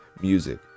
music